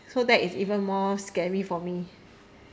so that is even more scary for me